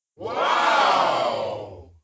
WOW